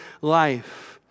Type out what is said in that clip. life